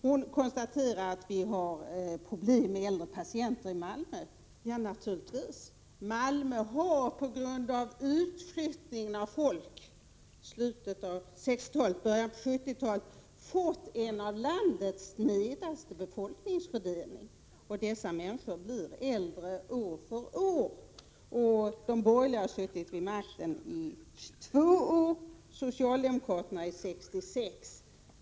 Birthe Sörestedt konstaterar att vi har problem med äldre patienter i Malmö. Ja, naturligtvis. Malmö har på grund av utflyttningen av folk i slutet av 1960-talet och början av 1970-talet fått en av landets snedaste befolkningsfördelningar, och människorna blir äldre år för år. De borgerliga har suttit vid makten i två år, socialdemokraterna i 66!